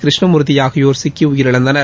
கிருஷ்ணமூர்த்தி ஆகியோர் சிக்கி உயிரிழந்தனர்